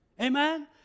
Amen